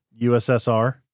USSR